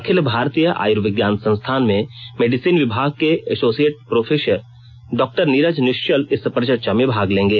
अखिल भारतीय आय्र्विज्ञान संस्थान में मेडिसिन विभाग के associate professor doctor Neeraj Nishchal इस परिचर्चा में भाग लेंगे